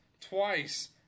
twice